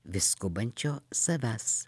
vis skubančio savęs